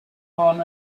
hon